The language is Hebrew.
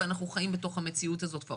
ואנחנו חיים בתוך המציאות הזאת כבר